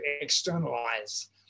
externalize